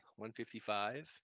155